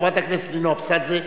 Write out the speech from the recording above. חברת הכנסת נינו אבסדזה,